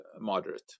moderate